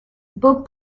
book